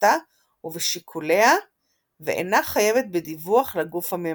בעבודתה ובשיקוליה ואינה חייבת בדיווח לגוף הממנה.